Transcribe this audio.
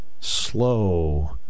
slow